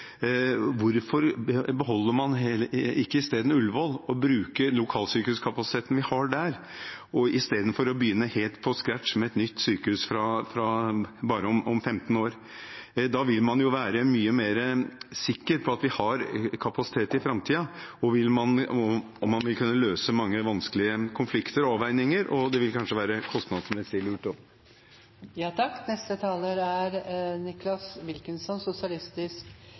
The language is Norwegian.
Hvorfor beholder man ikke isteden Ullevål og bruker lokalsykehuskapasiteten vi har der, istedenfor å begynne helt på scratch med et nytt sykehus bare om 15 år? Da vil man jo være mye mer sikker på at vi har kapasitet i framtiden, man vil kunne løse mange vanskelige konflikter og avveininger, og det vil kanskje være kostnadsmessig lurt også. Dette er et klokt initiativ fra Fremskrittspartiets representant Tybring-Gjedde. Jeg forventer at synspunktene hans er